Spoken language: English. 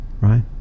right